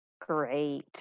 Great